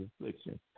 affliction